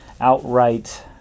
outright